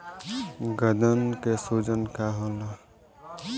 गदन के सूजन का होला?